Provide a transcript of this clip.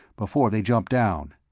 before they jump down.